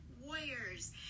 warriors